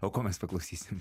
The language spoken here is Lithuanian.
o ko mes paklausysim